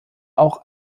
auch